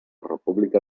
república